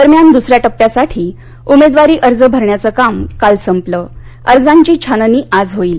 दरम्यान दुसऱ्या टप्प्यासाठी उमद्ववारी अर्ज भरण्याचक्रिम काल सप्प्रिअर्जांची छाननी आज होईल